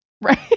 right